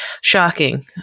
shocking